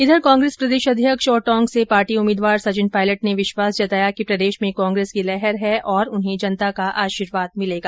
इघर कांग्रेस प्रदेशाध्यक्ष और टोंक से पार्टी उम्मीदवार संचिन पायलट ने विश्वास जताया कि प्रदेश में कांग्रेस की लहर है और उन्हें जनता का आशिर्वाद मिलेगा